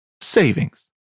savings